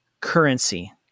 currency